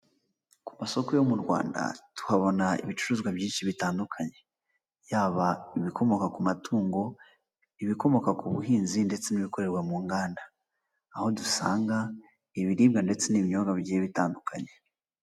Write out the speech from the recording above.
Ku masoko yo mu Rwanda tuhabona ibicuruzwa byinshi bitandukanye, yaba ibikomoka ku matungo, ibikomoka ku buhinzi, ndetse n'ibikorerwa mu nganda, aho dusanga ibiribwa ndetse n'ibinyobwa bigiye bitandukanye.